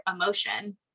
emotion